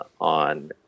on